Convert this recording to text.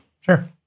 Sure